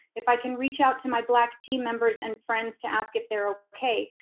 if i can reach out to my black team members and friends to ask if they're okay,